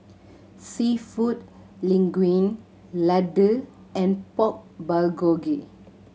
Seafood Linguine Ladoo and Pork Bulgogi